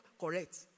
correct